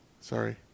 Sorry